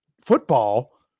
football